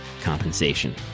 compensation